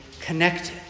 connected